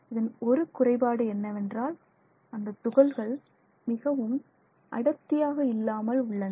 இதன் ஒரு குறைபாடு என்னவென்றால் அந்த துகள்கள் மிகவும் அடர்த்தியாக இல்லாமல் உள்ளன